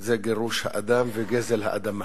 זה גירוש האדם וגזל האדמה.